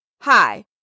Hi